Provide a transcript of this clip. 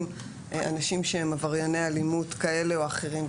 אנשים שהם עברייני אלימות כאלה או אחרים,